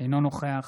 אינו נוכח